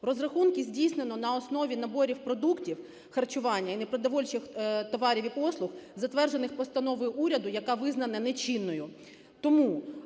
Розрахунки здійснено на основі наборів продуктів харчування і непродовольчих товарів і послуг, затверджених постановою уряду, яка визнана нечинною.